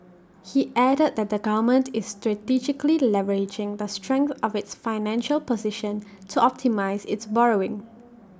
he added that the government is strategically leveraging the strength of its financial position to optimise its borrowing